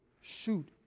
shoot